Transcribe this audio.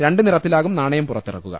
രണ്ട് നിറത്തിലാകും നാണയം പുറ ത്തിറക്കുക